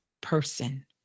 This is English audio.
person